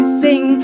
sing